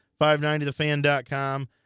590thefan.com